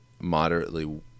moderately